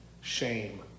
shame